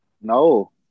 No